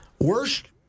Worst